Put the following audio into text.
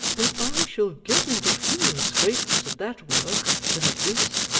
but i shall get into fewer scrapes at that work than at this.